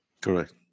Correct